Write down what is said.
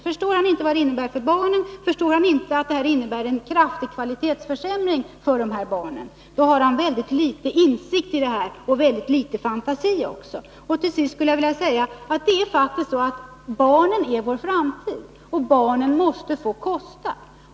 Förstår Rune Gustavsson inte vad det innebär för barnen? Förstår han inte att det innebär en kraftig kvalitetsförsämring för barnen? Om inte har han väldigt litet insikt i frågan och väldigt litet fantasi. I Till sist skulle jag vilja säga att det faktiskt är så, att barnen är vår framtid. Barnen måste få kosta.